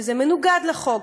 שזה מנוגד לחוק,